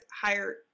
higher